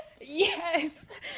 Yes